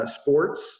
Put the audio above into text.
sports